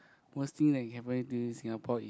worst thing that can happen to you in Singapore is